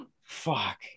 Fuck